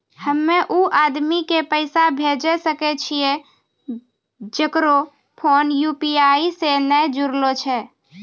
हम्मय उ आदमी के पैसा भेजै सकय छियै जेकरो फोन यु.पी.आई से नैय जूरलो छै?